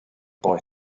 boy